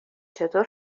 چطور